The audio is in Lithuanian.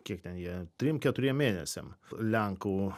kiek ten jie trim keturiem mėnesiam lenkų